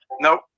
nope